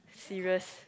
serious